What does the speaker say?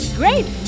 great